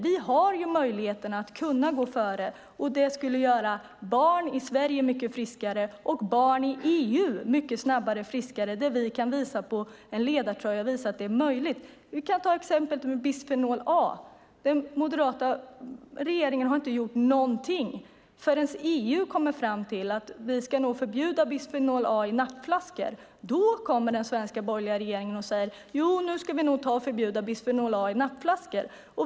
Vi har möjligheten att gå före, vilket skulle göra barn i Sverige och EU friska snabbare eftersom vi tar ledartröjan och visar att det är möjligt. Låt oss ta exemplet med bisfenol A. Den moderatledda regeringen gjorde inte något innan EU kom fram till att bisfenol A skulle förbjudas i nappflaskor. Då först sade den svenska borgerliga regeringen att det var dags att förbjuda bisfenol A i nappflaskor.